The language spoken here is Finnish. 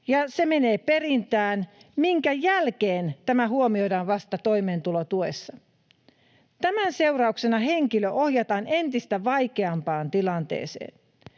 se menee perintään, minkä jälkeen tämä vasta huomioidaan toimeentulotuessa. Tämän seurauksena henkilö ohjataan entistä vaikeampaan tilanteeseen.